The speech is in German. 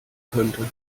könnte